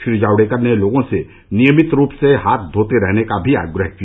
श्री जावड़ेकर ने लोगों से नियमित रूप से हाथ धोते रहने का भी आग्रह किया